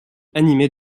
animée